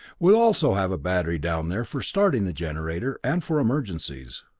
we'll also have a battery down there for starting the generator and for emergencies.